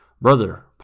Brother